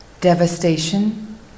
Devastation